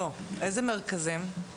איזה מרכזים?